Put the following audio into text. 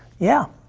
yeah.